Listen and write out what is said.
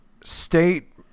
state